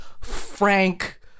Frank